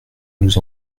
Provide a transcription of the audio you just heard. nous